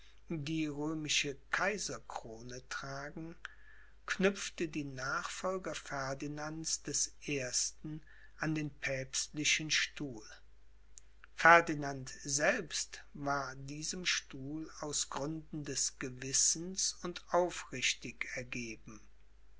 die römische kaiserkrone tragen knüpfte die nachfolger ferdinands des ersten an den päpstlichen stuhl ferdinand selbst war diesem stuhl aus gründen des gewissens und aufrichtig ergeben